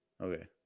Okay